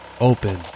open